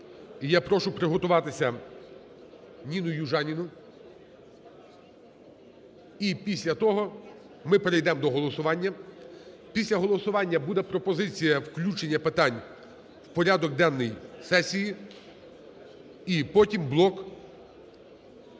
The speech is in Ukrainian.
я прошу приготуватися НінуЮжаніну. І після того ми перейдемо до голосування. Після голосування буде пропозиція включення питань в порядок денний сесії і потім блок…